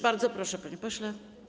Bardzo proszę, panie pośle.